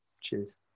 Cheers